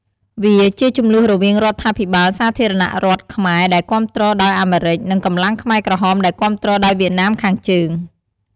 វាជាជម្លោះរវាងរដ្ឋាភិបាលសាធារណរដ្ឋខ្មែរដែលគាំទ្រដោយអាមេរិក និងកម្លាំងខ្មែរក្រហមដែលគាំទ្រដោយវៀតណាមខាងជើង។